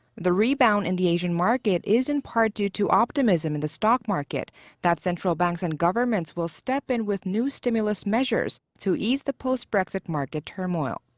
the rebound in the asian market is in part due to optimism in the stock market that central banks and governments will step in with new stimulus measures to ease the post-brexit market turmoil.